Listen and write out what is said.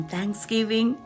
Thanksgiving